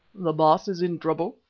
the baas is in trouble?